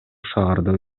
шаарда